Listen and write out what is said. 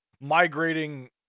migrating